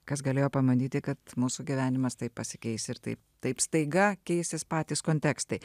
kas galėjo pamanyti kad mūsų gyvenimas taip pasikeis ir taip taip staiga keisis patys kontekstai